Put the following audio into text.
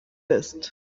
list